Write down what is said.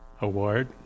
award